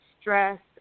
stress